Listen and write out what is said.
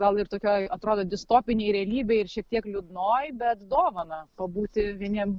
gal ir tokioj atrodo distopinėj realybėj ir šiek tiek liūdnoj bet dovaną pabūti vieniems